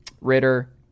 ritter